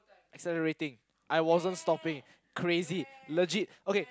accelerating I wasn't stopping crazy legit okay